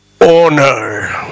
honor